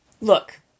Look